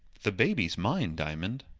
the baby's mine, diamond.